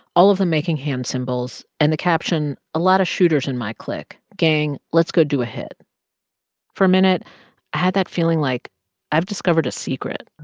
all of them making hand symbols and the caption, a lot of shooters in my clique. gang, let's go do a hit for a minute, i had that feeling like i've discovered a secret.